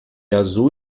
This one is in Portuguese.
azul